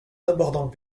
abordant